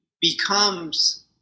becomes